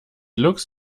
looks